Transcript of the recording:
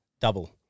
double